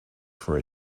for